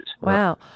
Wow